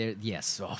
Yes